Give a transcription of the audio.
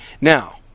Now